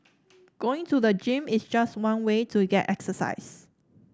going to the gym is just one way to get exercise